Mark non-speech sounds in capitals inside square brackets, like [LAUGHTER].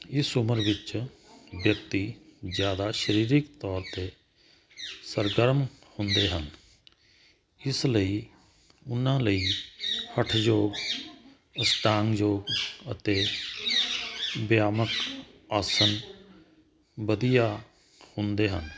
ਇਸ ਉਮਰ ਵਿੱਚ ਵਿਅਕਤੀ ਜਿਆਦਾ ਸ਼ਰੀਰਿਕ ਤੌਰ ਤੇ ਸਰਗਰਮ ਹੁੰਦੇ ਹਨ ਇਸ ਲਈ ਉਹਨਾਂ ਲਈ ਹਠ ਯੋਗ [UNINTELLIGIBLE] ਯੋਗ ਅਤੇ ਬਿਆਮਕ ਆਸਨ ਵਧੀਆ ਹੁੰਦੇ ਹਨ